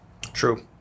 True